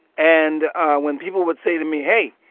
and when people would say to me, hey,